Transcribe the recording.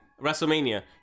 WrestleMania